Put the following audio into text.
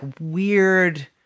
weird